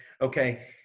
okay